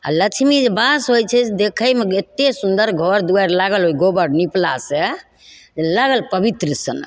आओर लक्ष्मी जे बास होइ छै देखयमे एते सुन्दर घर दुवारि लागल ओइ गोबर निपलासँ जे लागल पवित्र सनक